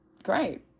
great